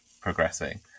progressing